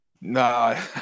no